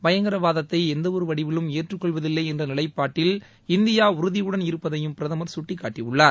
பயங்கரவாதத்தை எந்தவொரு வடிவிலும் ஏற்றுக்கொள்வதில்லை என்ற நிலைப்பாட்டில் இந்தியா உறுதியுடன் இருப்பதையும் பிரதமர் குட்டிக்காட்டியுள்ளார்